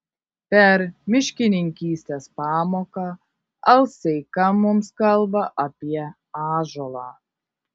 per miškininkystės pamoką alseika mums kalba apie ąžuolą